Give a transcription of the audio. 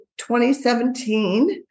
2017